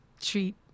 treat